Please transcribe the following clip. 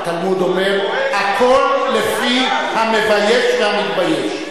התלמוד אומר: הכול לפי המבייש והמתבייש.